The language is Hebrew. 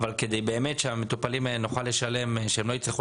וכדי שנוכל לשלם למטופלים ושהם לא יצטרכו